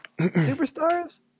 superstars